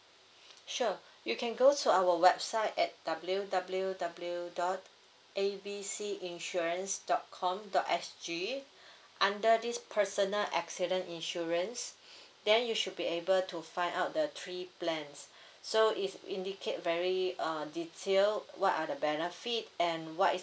sure you can go to our website at W W W dot A B C insurance dot com dot S G under this personal accident insurance then you should be able to find out the three plans so it's indicate very uh detailed what are the benefit and what is